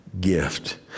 gift